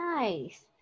Nice